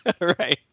Right